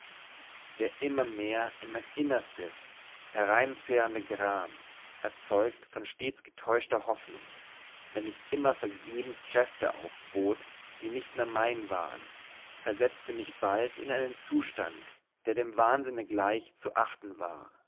der immer mehr in mein innerstes hereinzehrende gram erzeugt von stets getäuschter hoffnung wenn ich immer vergebens kräfte aufbot die nicht mehr mein waren versetzte mich bald in einen zustand der dem wahnsinne gleich zu achten war